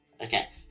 Okay